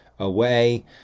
Away